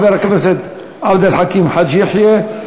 חבר הכנסת עבד אל חכים חאג' יחיא.